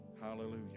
Hallelujah